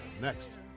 next